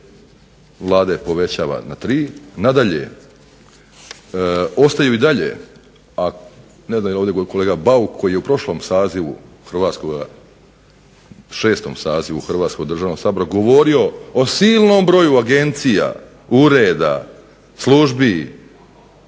Vlade povećava na tri. Ostaju i dalje da je ovdje kolega Bauk u VI. saziva Hrvatskog sabora govorio o silnom broju agencija, ureda, službi,